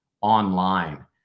online